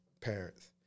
parents